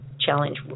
challenge